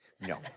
No